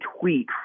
tweet